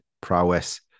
prowess